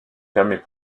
permet